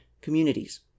communities